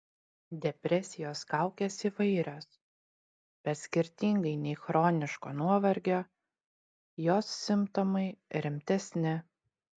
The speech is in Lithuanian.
depresijos kaukės įvairios bet skirtingai nei chroniško nuovargio jos simptomai rimtesni